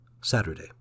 Saturday